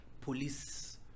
police